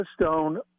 Stone